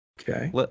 Okay